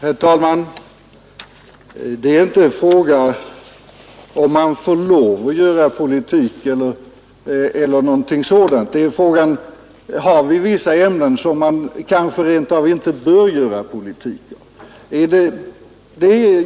Herr talman! Det gäller inte frågan om man får lov att göra politik eller inte. Frågan är: Har vi vissa ämnen som vi kanske rent av inte bör göra politik av?